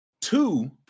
two